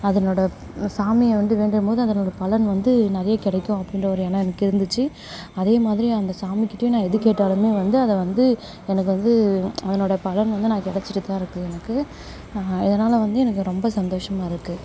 அதனோடய சாமியை வந்து வேண்டும்போது அதனோடய பலன் வந்து நிறைய கிடைக்கும் அப்படீன்ற ஒரு எண்ணம் எனக்கே இருந்திச்சு அதேமாதிரி அந்த சாமிக்கிட்டயும் நான் எதுக்கேட்டாலுமே வந்து அதை வந்து எனக்கு வந்து அதனோடய பலன் வந்து நான் கிடைச்சிக்கிட்டுதான் இருக்குது எனக்கு அதனால வந்து எனக்கு ரொம்ப சந்தோஷமாக இருக்குது